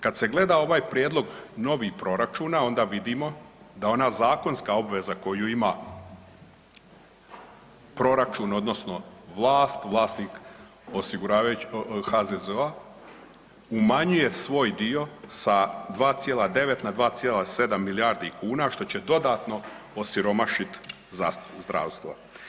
Kad se gleda ovaj prijedlog novi proračuna onda vidimo da ona zakonska obveza koju ima proračun odnosno vlast, vlasnik osiguravajućeg, HZZO-a, umanjuje svoj dio sa 2,9 na 2,7 milijardi kuna, što će dodatno osiromašit zdravstvo.